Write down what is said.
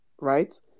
right